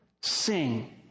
sing